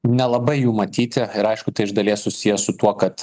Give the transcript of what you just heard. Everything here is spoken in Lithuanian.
nelabai jų matyti ir aišku tai iš dalies susiję su tuo kad